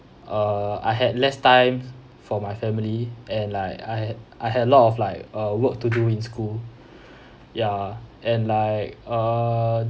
err I had less time for my family and like I had I had a lot of like uh work to do in school ya and like err